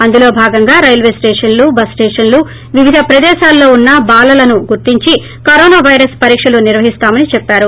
అందులో భాగంగా రైల్వే స్టేషన్లు ేబస్ స్టేషన్లు వివిధ ప్రదేశాలలో ఉన్న బాలలను గుర్తించి కరోనా పైరస్ పరీక్షలు నిర్వహిస్తామని చెప్పారు